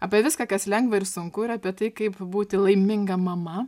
apie viską kas lengva ir sunku ir apie tai kaip būti laiminga mama